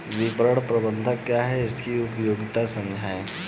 विपणन प्रबंधन क्या है इसकी उपयोगिता समझाइए?